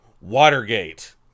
Watergate